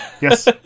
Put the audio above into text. Yes